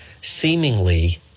seemingly